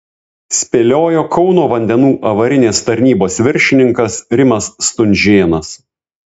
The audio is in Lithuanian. spėliojo kauno vandenų avarinės tarnybos viršininkas rimas stunžėnas